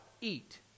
eat